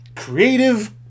Creative